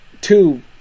Two